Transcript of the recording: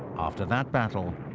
after that battle,